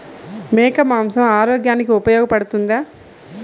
మేక మాంసం ఆరోగ్యానికి ఉపయోగపడుతుందా?